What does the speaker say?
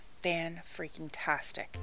fan-freaking-tastic